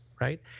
right